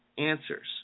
answers